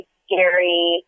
scary